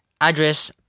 address